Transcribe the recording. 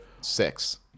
six